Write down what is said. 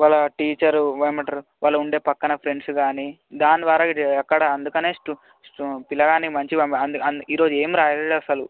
వాళ్ళ టీచరు ఏమంటారు వాళ్ళు ఉండే పక్కన ఫ్రెండ్స్ కానీ దాని వరకు చె అక్కడ అందుకని స్టు స్టు పిల్లగాడిని మంచిగా అందు అందు ఈరోజు ఏమి రాయలేదు అసలు